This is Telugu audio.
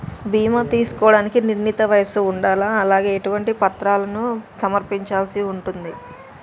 బీమా చేసుకోవడానికి నిర్ణీత వయస్సు ఉండాలా? అలాగే ఎటువంటి పత్రాలను సమర్పించాల్సి ఉంటది?